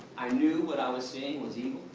i knew what i was seeing was evil.